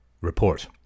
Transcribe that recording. Report